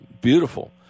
Beautiful